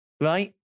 right